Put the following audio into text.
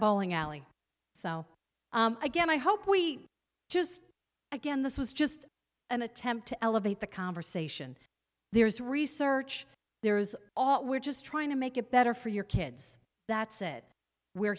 bowling alley so again i hope we just again this was just an attempt to elevate the conversation there's research there's all we're just trying to make it better for your kids that's it we're